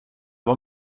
var